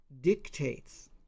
dictates